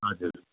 हजुर